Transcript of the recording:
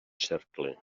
cercle